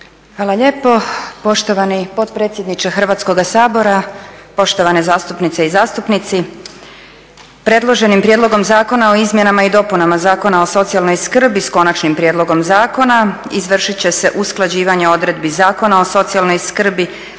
Hvala lijepo. Poštovani potpredsjedniče Hrvatskoga sabora, poštovane zastupnice i zastupnici. Predloženim Prijedloga zakona o izmjenama i dopunama Zakona o socijalnoj skrbi, s Konačnim prijedlogom zakona, izvršit će usklađivanje odredbi Zakona o socijalnoj skrbi